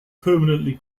permanently